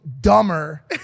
dumber